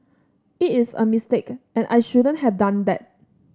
it is a mistake and I shouldn't have done that